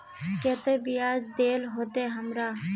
केते बियाज देल होते हमरा?